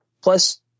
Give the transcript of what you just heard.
Plus